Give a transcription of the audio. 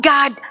God